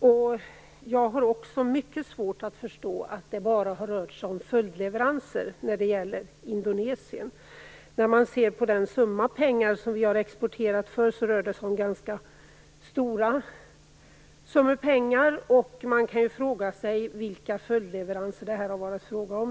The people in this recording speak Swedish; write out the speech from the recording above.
Även jag har mycket svårt att förstå att det bara rört sig om följdleveranser när det gäller Indonesien. Det rör sig ju om ganska stora summor som vi har exporterat för. Man kan fråga sig vilka följdleveranser som det varit fråga om.